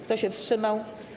Kto się wstrzymał?